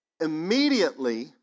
immediately